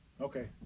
Okay